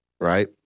right